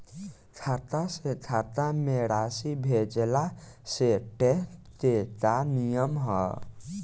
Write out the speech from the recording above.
खाता से खाता में राशि भेजला से टेक्स के का नियम ह?